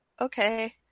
okay